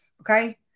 Okay